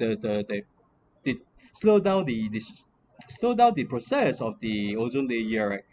the the it slow down the this slow down the process of the ozone layer right